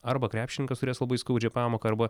arba krepšininkas turės labai skaudžią pamoką arba